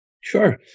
Sure